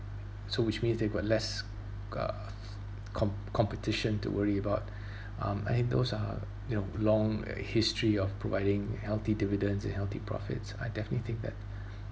so which means they've got less uh com~ competition to worry about um I think those are you know long history of providing healthy dividends and healthy profits I definitely think that